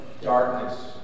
Darkness